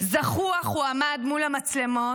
זחוח הוא עמד מול המצלמות,